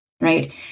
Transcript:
right